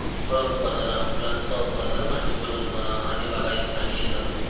फळ उत्पादना फुलांचा उत्पादन भाजीपालो उत्पादन आदी बागायतीखाली येतत